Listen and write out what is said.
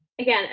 Again